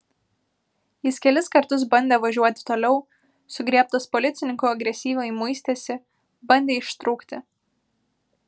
jis kelis kartus bandė važiuoti toliau sugriebtas policininkų agresyviai muistėsi bandė ištrūkti